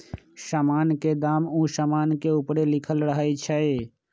समान के दाम उ समान के ऊपरे लिखल रहइ छै